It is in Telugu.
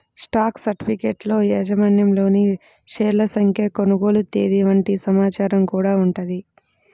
స్టాక్ సర్టిఫికెట్లలో యాజమాన్యంలోని షేర్ల సంఖ్య, కొనుగోలు తేదీ వంటి సమాచారం గూడా ఉంటది